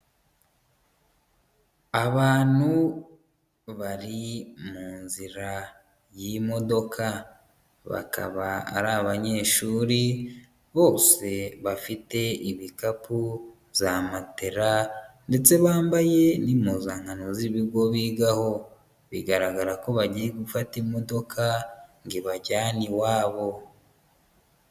Abantu bari mu nzira y'imodoka, bakaba ari abanyeshuri bose bafite ibikapu, za matela ndetse bambaye n'impuzankano z'ibigo bigaho, bigaragara ko bagiye gufata imodoka ngo ibajyane iwabo.